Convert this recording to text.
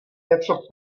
něco